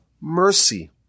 mercy